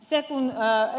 kun ed